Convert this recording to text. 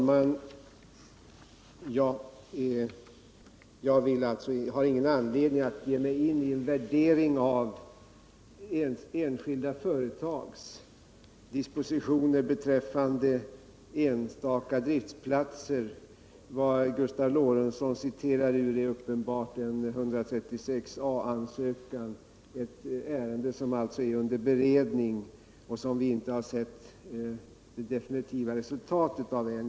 Herr talman! Jag har ingen anledning att gå in på en värdering av enskilda företags dispositioner beträffande vissa speciella driftplatser. Vad Gustav Lorentzon citerar ur är uppenbarligen en ansökan enligt 136 a § byggnadslagen, ett ärende som alltså är under beredning och vars definitiva resultat vi ännu inte sett.